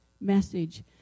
message